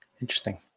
Interesting